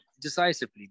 decisively